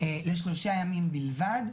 לשלושה ימים בלבד,